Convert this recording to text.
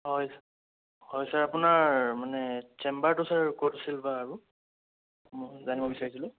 হয় হয় ছাৰ আপোনাৰ মানে চেম্বাৰটো ছাৰ ক'ত আছিল বা আৰু মই জানিব বিচাৰিছিলোঁ